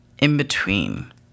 in-between